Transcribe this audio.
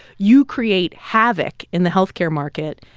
you create havoc in the health care market.